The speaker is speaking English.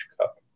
Cup